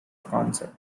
concept